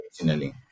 originally